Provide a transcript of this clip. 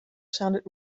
sounded